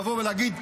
לבוא ולהגיד: